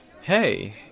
Hey